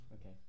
Okay